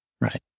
Right